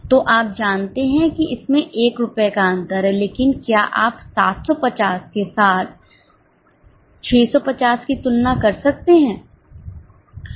तो आप जानते हैं कि इसमें 1 रुपये का अंतर है लेकिन क्या आप 750 के साथ 650 की तुलना कर सकते हैं